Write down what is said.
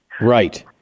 Right